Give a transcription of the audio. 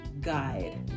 guide